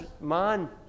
man